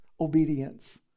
obedience